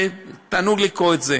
ותענוג לקרוא את זה.